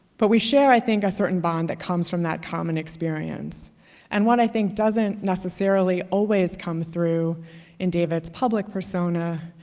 but we share, i think, a certain bond that comes from that common experience and what i think doesn't necessarily always come through in david's public persona,